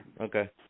Okay